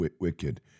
wicked